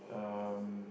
um